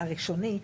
הראשוני,